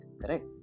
correct